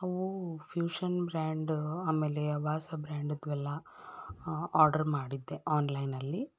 ಅವು fusion brand ಆಮೇಲೆ ಅವಾಸಾ ಬ್ರ್ಯಾಂಡದ್ದು ಎಲ್ಲ ಆಡ್ರ್ ಮಾಡಿದ್ದೆ ಆನ್ಲೈನಲ್ಲಿ